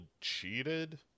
cheated